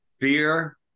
fear